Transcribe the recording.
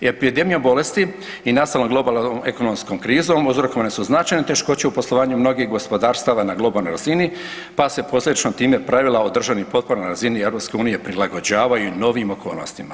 Epidemija bolesti i nacionalnog globalnom ekonomskom krizom uzrokovane su značajne teškoće u poslovanju mnogih gospodarstava na globalnoj razini pa se posljedično time pravila o državnim potporama na razini EU prilagođavaju novim okolnostima.